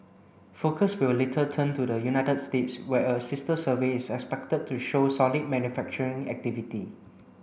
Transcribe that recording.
focus will later turn to the United States where a sister survey is expected to show solid manufacturing activity